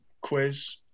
quiz